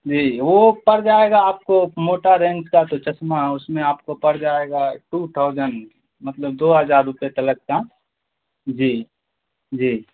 جی وہ پر جائے گا آپ کو موٹا رینج کا تو چسمہ ہے اس میں آپ کو پر جائے گا ٹو ٹھاؤزینڈ مطلب دو ہجار روپئے تلک کا جی جی